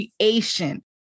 creation